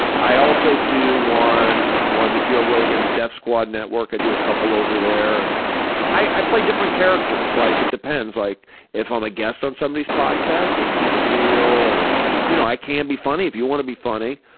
i also do one one with joe rogan and the deathsquad network, i do a couple over there. and i play different characters, like it depends. like if i'm a guest on somebody's podcast, i keep it real and you know, i can be funny if you wanna be funny.